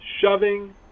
shoving